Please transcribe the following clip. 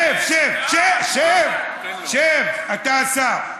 שב, שב, אתה, השר.